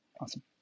Awesome